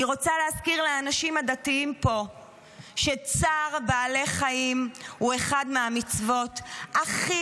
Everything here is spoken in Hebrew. אני רוצה להזכיר לאנשים הדתיים פה שצער בעלי חיים הוא אחת המצוות הכי